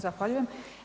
Zahvaljujem.